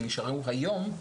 שנשארים היום,